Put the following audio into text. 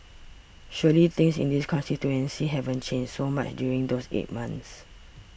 surely things in the constituency haven't changed so much during those eight months